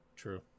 True